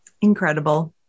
Incredible